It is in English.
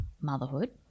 motherhood